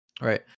Right